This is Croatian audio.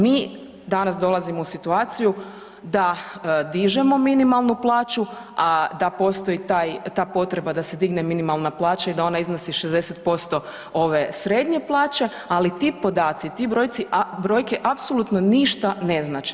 Mi danas dolazimo u situaciju da dižemo minimalnu plaću, a da postoji taj, ta potreba da se digne minimalna plaća i da ona iznosi 60% ove srednje plaće, ali ti podaci ti brojci, brojke apsolutno ne znače.